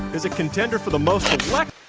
is a contender for the most. hey,